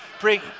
Bring